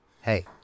hey